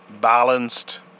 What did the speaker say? balanced